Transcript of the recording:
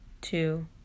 two